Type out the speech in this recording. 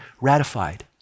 ratified